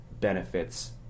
benefits